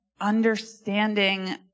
understanding